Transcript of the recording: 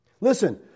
Listen